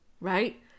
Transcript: right